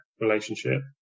relationship